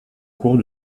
cours